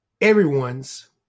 everyone's